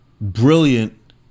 Brilliant